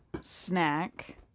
snack